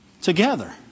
together